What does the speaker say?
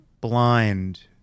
blind